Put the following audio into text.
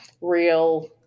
real